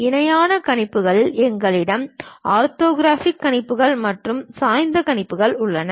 இணையான கணிப்புகளில் எங்களிடம் ஆர்த்தோகிராஃபிக் கணிப்புகள் மற்றும் சாய்ந்த கணிப்புகள் உள்ளன